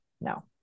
No